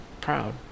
proud